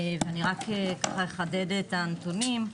ואני רק אחדד את הנתונים.